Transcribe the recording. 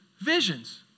visions